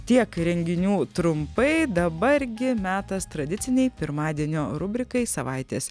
tiek renginių trumpai dabar gi metas tradicinei pirmadienio rubrikai savaitės